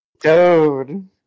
Dude